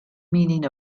meaning